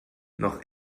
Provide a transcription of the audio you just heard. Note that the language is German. noch